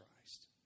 Christ